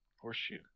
Horseshoe